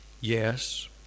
yes